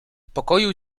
pokoju